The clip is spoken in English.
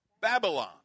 Babylon